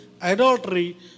adultery